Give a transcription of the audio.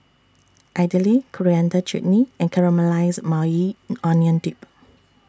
Idili Coriander Chutney and Caramelized Maui Onion Dip